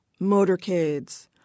motorcades